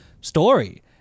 story